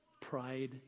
pride